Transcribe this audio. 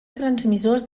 transmissors